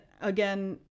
again